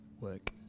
work